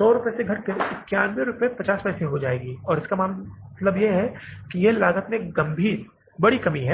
100 रुपये से घटकर 91 रुपये और 50 पैसे हो जाएगी इसलिए इसका मतलब है कि लागत में यह गंभीर कमी है